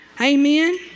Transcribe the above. amen